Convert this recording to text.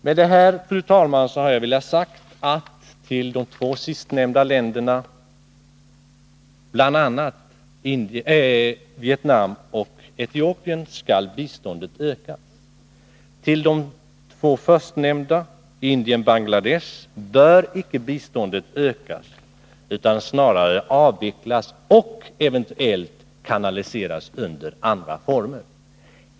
Med det anförda, fru talman, ville jag ha sagt att till de två sist nämnda länderna — Vietnam och Etiopien — skall biståndet utökas. Till de två först nämnda länderna — Indien och Bangladesh — bör biståndet däremot icke utökas. Snarare bör det avvecklas och eventuellt kanaliseras under andra former.